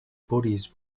bodies